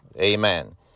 Amen